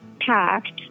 packed